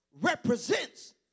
represents